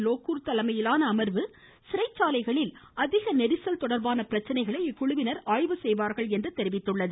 லோக்கூர் தலைமையிலான அமர்வு சிறைச்சாலைகளில் அதிக நெரிசல் தொடர்பான பிரச்சினைகளை இக்குழுவினர் ஆய்வு செய்வார்கள் என்று தெரிவித்துள்ளது